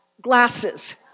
glasses